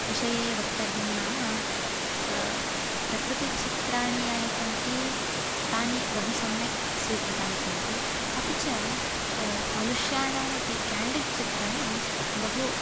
विषये वक्तव्यं नाम प्रकृतिचित्राणि यानि सन्ति तानि बहु सम्यक् स्वीकृतानि सन्ति अपि च मनुष्याणां अपि केण्डिड् चित्राणि बहु